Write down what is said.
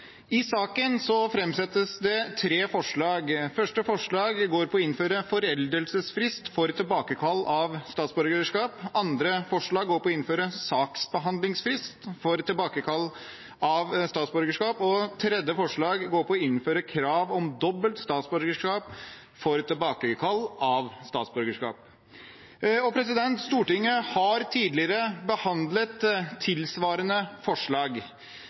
I saken framsettes tre forslag. Det første forslaget går ut på å innføre en foreldelsesfrist for tilbakekall av statsborgerskap. Det andre forslaget går ut på å innføre en saksbehandlingsfrist for tilbakekall av statsborgerskap. Det tredje forslaget går ut på å innføre krav om dobbelt statsborgerskap for tilbakekall av statsborgerskap. Stortinget har tidligere behandlet tilsvarende forslag.